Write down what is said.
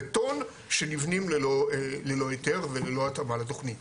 בטון שנבנים ללא היתר וללא התאמה לתוכנית.